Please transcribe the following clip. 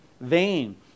vain